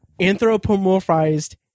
anthropomorphized